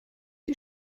die